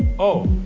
oh,